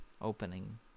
opening